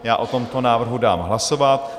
O tomto návrhu dám hlasovat.